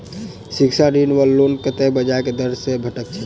शिक्षा ऋण वा लोन कतेक ब्याज केँ दर सँ भेटैत अछि?